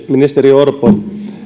ministeri orpo